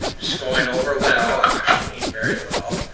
it's going over well, actually, very well.